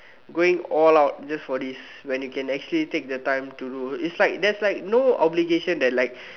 going all out just for this when you can actually take the time to do it's like there's like no obligations that like